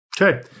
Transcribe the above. Okay